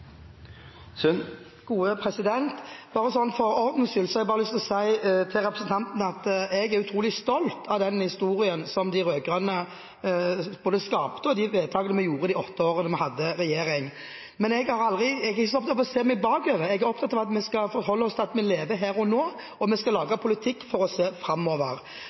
utrolig stolt av både den historien som de rød-grønne skapte, og de vedtakene som vi gjorde i løpet av de åtte årene vi satt i regjering. Men jeg er ikke så opptatt av å se bakover. Jeg er opptatt av at vi skal forholde oss til at vi lever her og nå, og at vi skal lage politikk for å se framover.